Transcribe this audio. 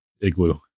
igloo